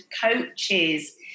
coaches